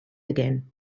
again